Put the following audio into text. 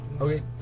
Okay